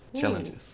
challenges